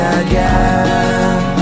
again